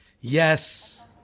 Yes